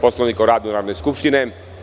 Poslovnika o radu Narodne skupštine.